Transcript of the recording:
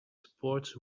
supports